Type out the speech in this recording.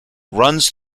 runs